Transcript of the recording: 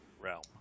realm